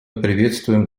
приветствуем